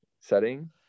setting